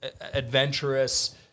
adventurous